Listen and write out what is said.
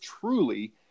truly